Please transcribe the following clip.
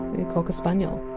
and cocker spaniel.